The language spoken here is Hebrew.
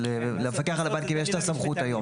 אבל למפקח על הבנקים יש את הסמכות היום.